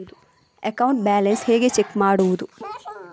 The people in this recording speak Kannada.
ಅಕೌಂಟ್ ಬ್ಯಾಲೆನ್ಸ್ ಹೇಗೆ ಚೆಕ್ ಮಾಡುವುದು?